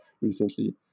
Recently